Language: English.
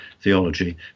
theology